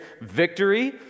victory